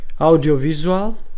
audiovisual